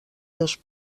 dos